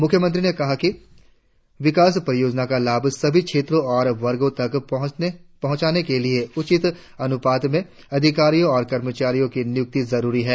मुख्यमंत्री ने कहा कि विकास परियोजना का लाभ सभी क्षेत्रों और वर्गों तक पहुंचाने के लिए उचित अनुपात में अधिकारियों और कर्मचारियों की नियुक्ति जरुरी है